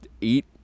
Eat